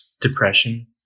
depression